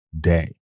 day